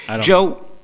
Joe